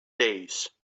days